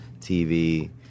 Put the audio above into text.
TV